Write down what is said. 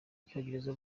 icyongereza